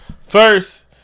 First